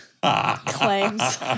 Claims